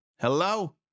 Hello